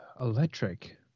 Electric